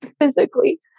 physically